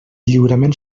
lliurament